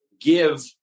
give